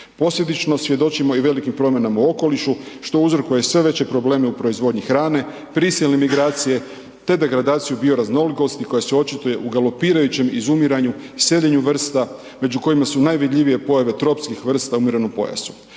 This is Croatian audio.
Posljedično, svjedočimo i velikim promjenama u okolišu što uzrokuje sve veće probleme u proizvodnji hrane, prisilne migracije te degradaciju bioraznolikosti koja se očituje u galopirajućem izumiranju, seljenju vrsta među kojima su najvidljivije pojave tropskih vrsta u umjerenom pojasu.